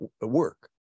work